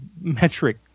metric